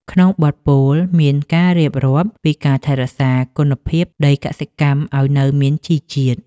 ក្នុងបទពោល មានការរៀបរាប់ពីការថែរក្សាគុណភាពដីកសិកម្មឱ្យនៅមានជីជាតិ។